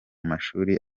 mashuri